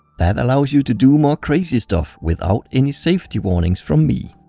that allows you to do more crazy stuff without any safety warnings from me.